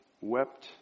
wept